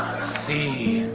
si.